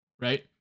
right